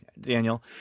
daniel